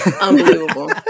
Unbelievable